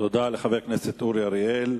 תודה לחבר הכנסת אורי אריאל.